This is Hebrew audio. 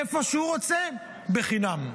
איפה שהוא רוצה, בחינם.